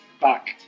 back